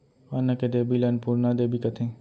अन्न के देबी ल अनपुरना देबी कथें